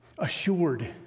Assured